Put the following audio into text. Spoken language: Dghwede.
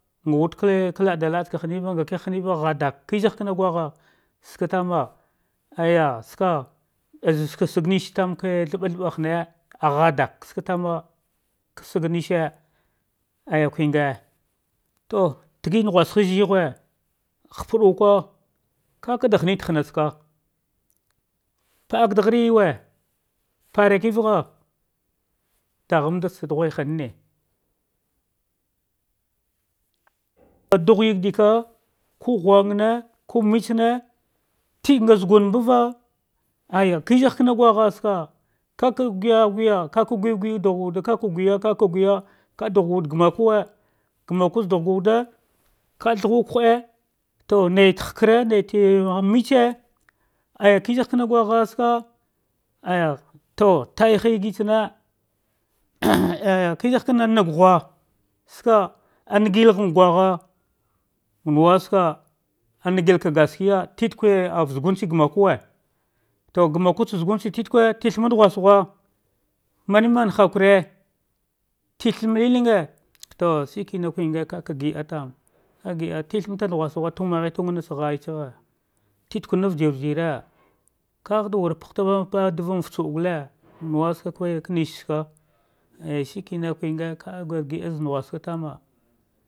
Ngawude ke la'a da ba tsaka haneve nga kehah haneva nga kiha haneve, ghadale wha zagha kane, gwagha ska tamka ayya sva azva zuu neshritam ka thdan thda hane ah ghada k svatana ka sqa mishi aya kwange to tigio husha zegha hapaika kakada hine da hana que pada daragh yuwe pura vegha dagham da tsa dughe hane ah dugh yadike ku ghman ku mbetsane ti nga zu gum mbaka, aya kinaz vana ghaha ska, kaka guye guya kaka guya dughaga wude gamakwe, gamaka dughe ga wude ka dhuka hade na ite harkare na ite mb tsa aja kpah kam ghughe ska aja to tsiha ge same kizagh kana naghuska a ngdima gwagha manewe ska, ah ngalka gaskiya litiah lugumtse gumkwe to gamkwe tsa zuguntse titique, tigbma ndusghu manemane hakari tigsme lilingi to shikna kaka glo ata ka gida ligl mai tunmagh tugma nath shaitse ghe, titiqunakwe vjirvjire kagha da wara pagh dughu pahama fatsu agafe manewe ska ka mishi tsuka aya kenge ka a gur gida zah nahustsaka tama.